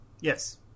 Yes